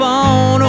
on